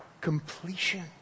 completion